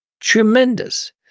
tremendous